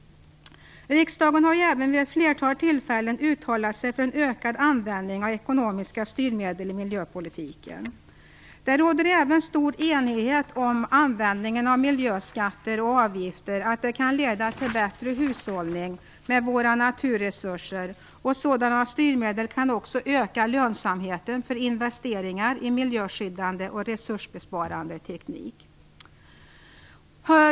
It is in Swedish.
Riksdagen har även vid ett flertal tillfällen uttalat sig för en ökad användning av ekonomiska styrmedel i miljöpolitiken. Det råder även stor enighet om att miljöskatter och avgifter kan leda till bättre hushållning med våra naturresurser. Sådana styrmedel kan också öka lönsamheten för investeringar i miljöskyddande och resursbesparande teknik.